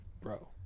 Bro